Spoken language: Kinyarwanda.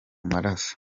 maraso